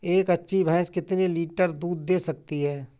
एक अच्छी भैंस कितनी लीटर दूध दे सकती है?